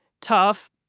tough